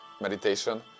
meditation